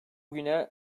güne